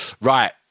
Right